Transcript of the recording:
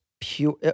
pure